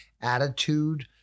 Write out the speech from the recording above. attitude